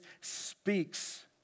speaks